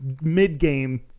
mid-game